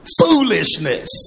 Foolishness